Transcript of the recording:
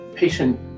patient